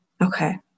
Okay